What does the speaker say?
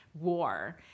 war